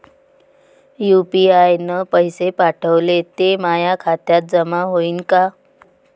UPI न पैसे पाठवले, ते माया खात्यात जमा होईन का?